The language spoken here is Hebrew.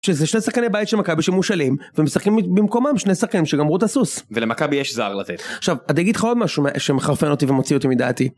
זה שני שחקנים בית של מכבי שמושלים ומשחקים במקומם שני שחקנים שגמרו את הסוס. ולמכבי יש זר לתת. עכשיו אני אגיד לך עוד משהו שמחרפן אותי ומוציא אותי מדעתי.